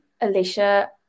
Alicia